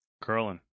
Curling